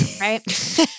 right